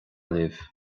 libh